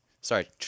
sorry